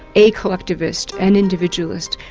a collectivist, an individualist,